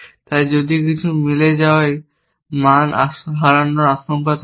তাই যদি কিছু মিলে যাওয়া মান হারানোর আশঙ্কা থাকে